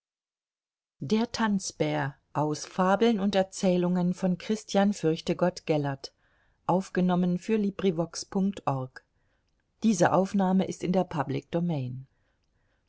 fabeln und erzählungen